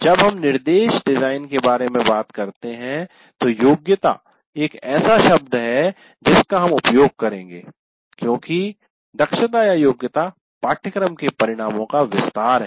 जब हम निर्देश डिजाइन के बारे में बात करते हैं तो योग्यता एक ऐसा शब्द है जिसका हम उपयोग करेंगे क्योंकि दक्षतायोग्यता पाठ्यक्रम के परिणामों का विस्तार है